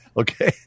Okay